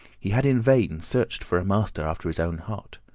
he had in vain searched for a master after his own heart.